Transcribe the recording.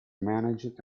managed